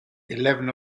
eleven